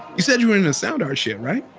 you said you were into sound art s, yeah right?